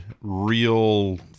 real